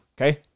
Okay